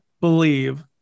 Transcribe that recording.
believe